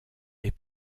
est